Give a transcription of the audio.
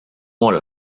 molt